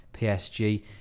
PSG